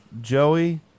Joey